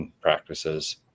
practices